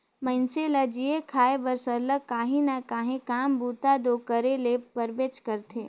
मइनसे ल जीए खाए बर सरलग काहीं ना काहीं काम बूता दो करे ले परबेच करथे